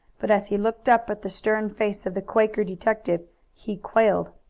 but as he looked up at the stern face of the quaker detective he quailed,